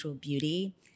beauty